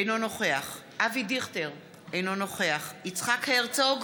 אינו נוכח אבי דיכטר, אינו נוכח יצחק הרצוג,